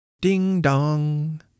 Ding-dong